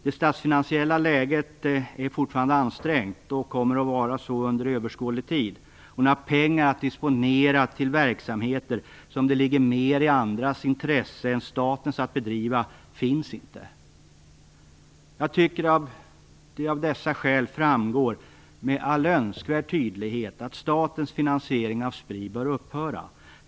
Det statsfinansiella läget är fortfarande ansträngt och kommer att så vara under överskådlig tid. Det finns inga pengar att disponera till verksamheter som det ligger mer i andras intresse än statens att bedriva. Jag tycker att det av dessa skäl med all önskvärd tydlighet framgår att statens finansiering av Spri bör upphöra.